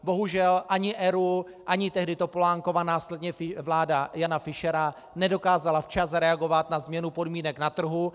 Bohužel ani ERÚ ani tehdy Topolánkova, následně vláda Jana Fischera nedokázaly včas zareagovat na změnu podmínek na trhu.